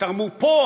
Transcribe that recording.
תרמו פה,